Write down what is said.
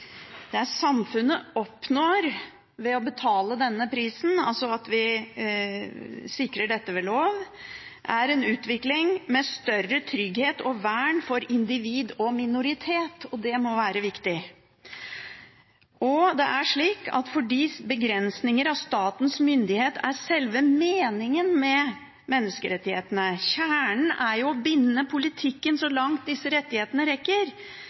poenget. Det samfunnet oppnår ved å betale denne prisen, altså at vi sikrer dette ved lov, er en utvikling med større trygghet og vern for individ og minoritet, og det må være viktig. Og fordi begrensninger på statens myndighet er selve meningen med menneskerettighetene – kjernen er jo å binde politikken så langt disse rettighetene rekker